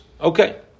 Okay